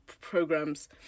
programs